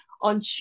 on